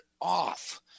off